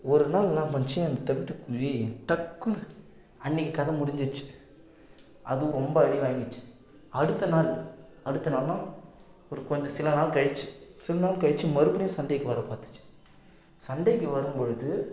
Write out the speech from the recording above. ஒரு நாள் என்னா பண்ணுச்சு அந்த தவிட்டுக்குருவி டக்குன்னு அன்றைக்கு கதை முடிஞ்சிச்சு அது ரொம்ப அடி வாங்கிச்சு அடுத்த நாள் அடுத்த நாள்ன்னா ஒரு கொஞ்சம் சில நாள் கழிச்சு சில நாள் கழிச்சு மறுபடியும் சண்டைக்கு வரப்பார்த்துச்சி சண்டைக்கு வரும்பொழுது